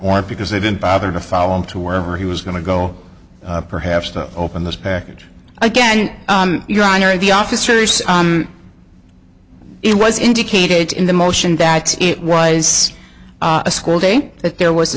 or because they didn't bother to follow him to wherever he was going to go perhaps that opened this package again your honor the officers it was indicated in the motion that it was a school day that there was a